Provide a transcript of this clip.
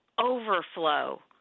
overflow